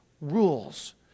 rules